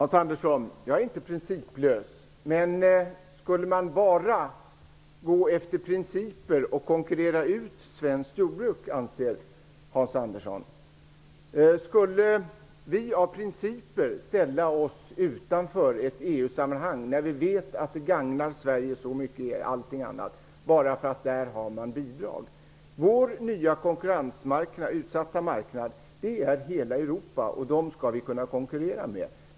Herr talman! Jag är inte principlös, Hans Andersson. Men anser Hans Andersson att man bara skall gå efter principer och konkurrera ut svenskt jordbruk? Skulle vi av princip ställa oss utanför ett EU-sammanhang, när vi vet att det gagnar Sverige så mycket i alla andra sammanhang, bara för att man har bidrag där? Vår nya konkurrensutsatta marknad består av hela Europa, och de länderna skall vi kunna konkurrera med.